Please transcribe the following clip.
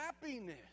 Happiness